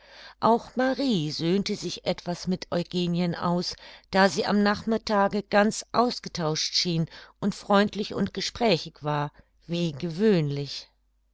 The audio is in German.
auch marie söhnte sich etwas mit eugenien aus da sie am nachmittage ganz ausgetauscht schien und freundlich und gesprächig war wie gewöhnlich